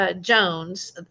Jones